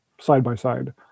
side-by-side